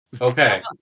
Okay